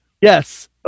Yes